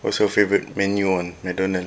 what's your favourite menu on McDonald